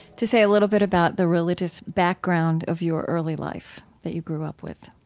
to say a little bit about the religious background of your early life that you grew up with?